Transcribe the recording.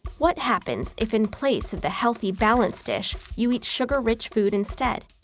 what happens if in place of the healthy, balanced dish, you eat sugar-rich food instead?